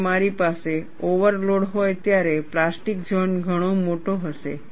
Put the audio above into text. જ્યારે મારી પાસે ઓવરલોડ હોય ત્યારે પ્લાસ્ટિક ઝોન ઘણો મોટો હશે